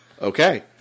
Okay